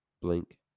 blink